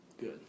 good